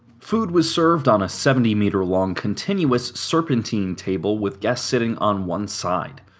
food was served on a seventy meter long continuous serpentine table with guests sitting on one side.